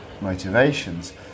motivations